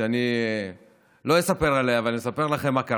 שאני לא אספר עליה אבל אני מספר לכם מה קרה.